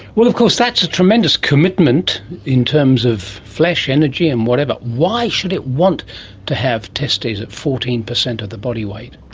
well, of course that's a tremendous commitment in terms of flesh, energy, and whatever. why should it want to have testes at fourteen percent of the bodyweight?